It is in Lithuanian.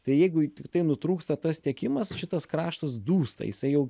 tai jeigu tiktai nutrūksta tas tiekimas šitas kraštas dūsta jisai jau